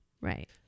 right